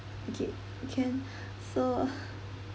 okay can so